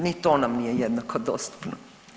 Ni to nam nije jednako dostupno.